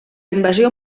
invasió